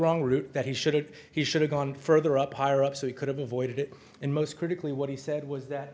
wrong route that he should have he should have gone further up higher up so he could have avoided it and most critically what he said was that